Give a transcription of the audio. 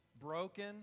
broken